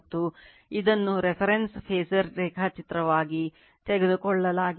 ಈಗ ಮುಂದಿನದು no phasor ರೇಖಾಚಿತ್ರವಾಗಿ ತೆಗೆದುಕೊಳ್ಳಲಾಗಿದೆ